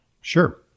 Sure